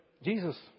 Jesus